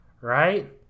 Right